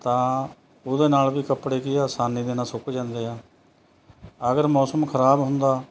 ਤਾਂ ਉਹਦੇ ਨਾਲ ਵੀ ਕੱਪੜੇ ਕੀ ਆ ਆਸਾਨੀ ਦੇ ਨਾਲ ਸੁੱਕ ਜਾਂਦੇ ਆ ਅਗਰ ਮੌਸਮ ਖ਼ਰਾਬ ਹੁੰਦਾ